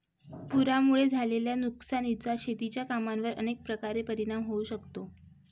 पुरामुळे झालेल्या नुकसानीचा शेतीच्या कामांवर अनेक प्रकारे परिणाम होऊ शकतो